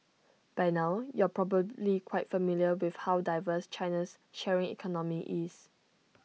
by now you're probably quite familiar with how diverse China's sharing economy is